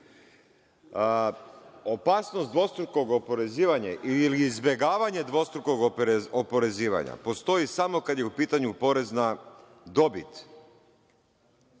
Opasnost dvostrukog oporezivanje ili izbegavanje dvostrukog oporezivanja postoji samo kad je u pitanju porez na dobit